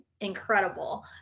incredible